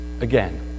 again